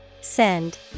Send